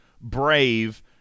brave